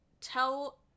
tell